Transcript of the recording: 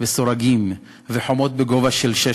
וסורגים וחומות בגובה של 5,